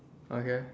okay